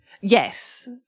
Yes